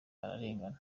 bararengana